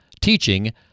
teaching